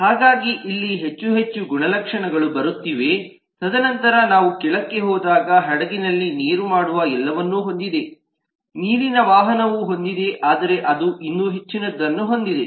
ಹಾಗಾಗಿ ಇಲ್ಲಿ ಹೆಚ್ಚು ಹೆಚ್ಚು ಗುಣಲಕ್ಷಣಗಳು ಬರುತ್ತಿವೆ ತದನಂತರ ನಾವು ಕೆಳಕ್ಕೆ ಹೋದಾಗ ಹಡಗಿನಲ್ಲಿ ನೀರು ಮಾಡುವ ಎಲ್ಲವನ್ನೂ ಹೊಂದಿದೆ ನೀರಿನ ವಾಹನವನ್ನು ಹೊಂದಿದೆ ಆದರೆ ಅದು ಇನ್ನೂ ಹೆಚ್ಚಿನದನ್ನು ಹೊಂದಿದೆ